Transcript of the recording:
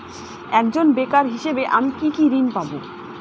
একজন বেকার হিসেবে আমি কি কি ঋণ পাব?